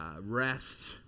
rest